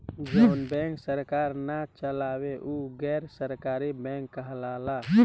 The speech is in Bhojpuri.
जवन बैंक सरकार ना चलावे उ गैर सरकारी बैंक कहाला